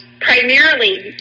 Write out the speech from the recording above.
Primarily